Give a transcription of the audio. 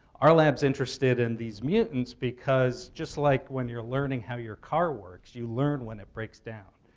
our lab's interested in these mutants because just like when you're learning how your car works, you learn when it breaks down,